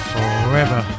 Forever